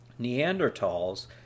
Neanderthals